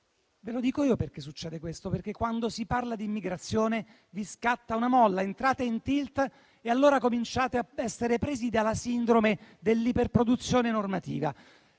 Ve lo dico io perché succede questo: quando si parla di immigrazione, vi scatta una molla, entrate in *tilt* e allora cominciate a essere presi dalla sindrome dell'iperproduzione normativa.